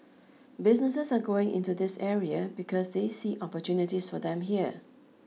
businesses are going into this area because they see opportunities for them here